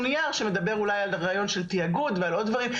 נייר שמדבר אולי על רעיון של יצירת תאגיד ועל עוד כל מיני דברים.